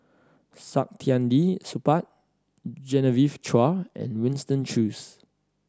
Saktiandi Supaat Genevieve Chua and Winston Choos